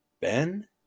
Ben